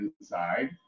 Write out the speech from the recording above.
inside